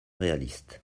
réaliste